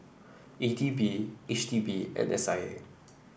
E D B H D B and S I A